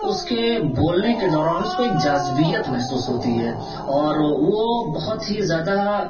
اس کے بولنے کے دوران اس کو ایک جاذبیت محسوس ہوتی ہے اور وہ بہت ہی زیادہ